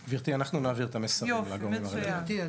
גברתי, אנחנו נעביר את המסר לגורם הרלוונטי.